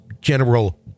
general